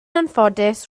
anffodus